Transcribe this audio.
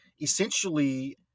essentially